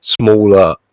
smaller